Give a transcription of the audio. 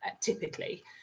typically